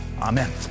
Amen